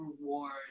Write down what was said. reward